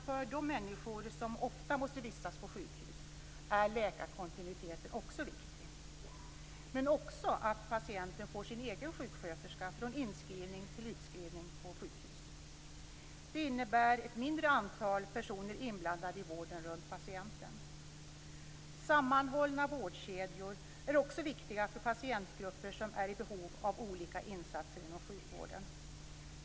För de människor som ofta måste vistas på sjukhus är läkarkontinuiteten viktig. Men det är också viktigt att patienten får sin egen sjuksköterska från inskrivning till utskrivning på sjukhus. Det innebär ett mindre antal personer inblandade i vården runt patienten. Sammanhållna vårdkedjor är också viktiga för patientgrupper som är i behov av olika insatser inom sjukvården.